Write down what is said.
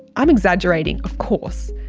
i'm exaggerating of course,